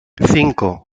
cinco